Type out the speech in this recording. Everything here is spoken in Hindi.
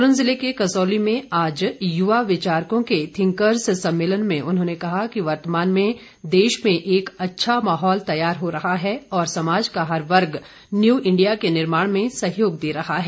सोलन ज़िले के कसौली में आज युवा विचारकों के थिंकर्स सम्मेलन में उन्होंने कहा कि वर्तमान में देश में एक अच्छा माहौल तैयार हो रहा है और समाज का हर वर्ग न्यू इंडिया के निर्माण में सहयोग दे रहा है